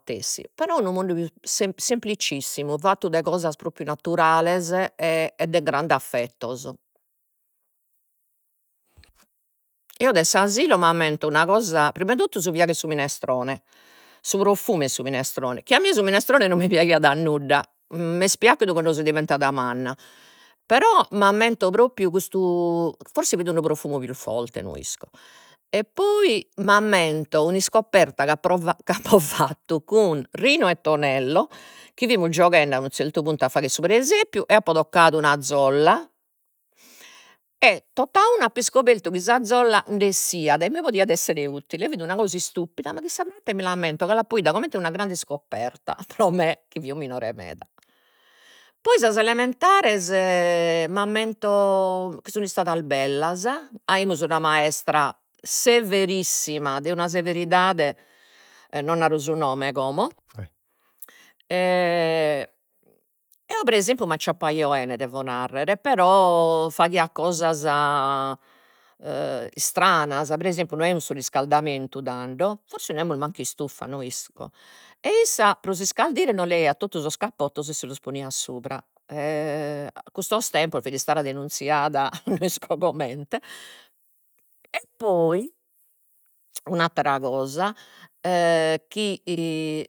Tessi, però unu mundu se semplicissimu fattu de cosas propriu naturales e grandes affettos, eo de s'asilo m'ammento una cosa, prima 'e totu su fiagu 'e su minestrone, si profumu 'e su minestrone, chi a mie si minestrone non mi piaghiat a nudda, m'est piachidu cando so diventada manna, però m'ammento propriu custu, forsis fit unu profumu pius forte no isco, e poi m'ammento un'iscoperta chi apro appo fattu cun Rino e Tonello, chi fimus gioghende a fagher su presepiu e eo apo toccadu una zolla e tot'a unu apo iscopertu chi sa zolla nd'essiat e mi podiat essere utile, fit una cosa istupida ma chissà proite mi l'ammento, ca l'apo ida comente una grande iscoperta pro me, chi fio minore meda. Poi sas elementares m'ammento chi sun istadas bellas, aimus una maestra severissima de una severidade, non naro su nome como, eo pre esempiu m'acciappaio 'ene devo narrer però faghiat cosas istranas, per esempiu no aimus su riscaldamentu tando, forsis no aimus mancu istufa no isco, e issa pro s'iscardire nos leaiat totu sos cappottos e si los poniat supra, a custos tempos fit istada dennunziada no isco comente, e poi un'attera cosa chi